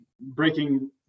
breaking